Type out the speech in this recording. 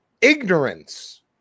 ignorance